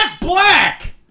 black